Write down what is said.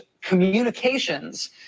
communications